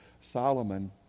Solomon